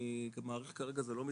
אני מעריך כרגע זה לא מתקדם,